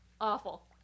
Awful